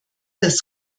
das